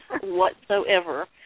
whatsoever